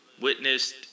witnessed